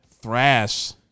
thrash